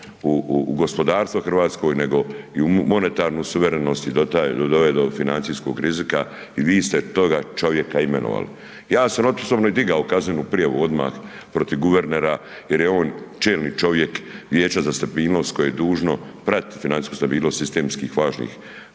u gospodarstvo hrvatsko, nego i u monetarnu suverenost i doveo do financijskog rizika i vi ste toga čovjeka imenovali. Ja samo …/Govornik se ne razumije/…i digao kaznenu prijavu odmah protiv guvernera jer je on čelni čovjek Vijeća za stabilnost koje je dužno pratiti financijsku stabilnost sistemski važnih